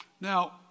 Now